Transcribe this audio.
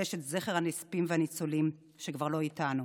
לקדש את זכר הנספים והניצולים שכבר לא איתנו.